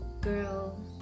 girl